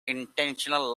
intentional